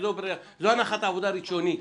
זו הנחת העבודה הראשונית.